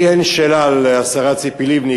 לי אין שאלה על השרה לציפי לבני,